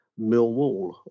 Millwall